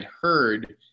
heard